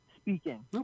speaking